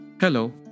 Hello